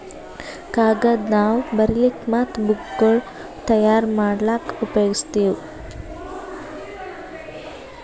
ಕಾಗದ್ ನಾವ್ ಬರಿಲಿಕ್ ಮತ್ತ್ ಬುಕ್ಗೋಳ್ ತಯಾರ್ ಮಾಡ್ಲಾಕ್ಕ್ ಉಪಯೋಗಸ್ತೀವ್